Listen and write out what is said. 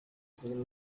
zirimo